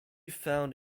found